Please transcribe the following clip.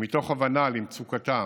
ומתוך הבנה למצוקתם,